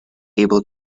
able